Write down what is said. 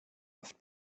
oft